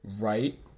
right